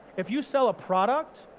if you sell a product,